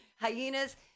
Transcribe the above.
hyenas